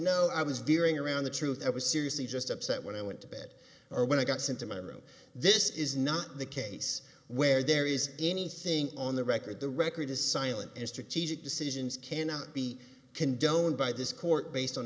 no i was during around the truth i was seriously just upset when i went to bed or when i got sent to my room this is not the case where there is anything on the record the record is silent and strategic decisions cannot be condoned by this court based on